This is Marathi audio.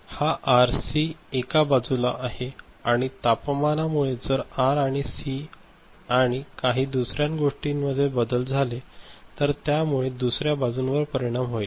हा आर सी एका बाजूला आहे आणि तापमानामुळे जर आर आणि सी आणि काही दुसऱ्या गोष्टींमध्ये बदल झाले तर त्या मुले दुसऱ्या बाजूवर पण परिणाम होईल